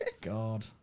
God